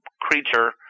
creature